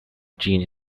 gene